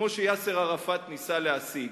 כמו שיאסר ערפאת ניסה להשיג.